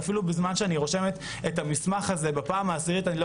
ואפילו בזמן שאני רושמת את המסמך הזה בפעם העשירית אני לא